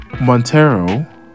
Montero